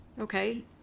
Okay